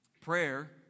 Prayer